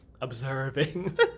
observing